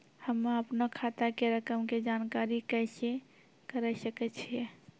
हम्मे अपनो खाता के रकम के जानकारी कैसे करे सकय छियै?